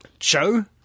show